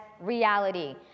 reality